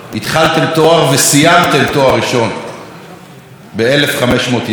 התחלתם תואר וסיימתם תואר ראשון ב-1,500 ימים.